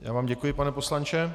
Já vám děkuji, pane poslanče.